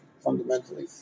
fundamentally